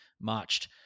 marched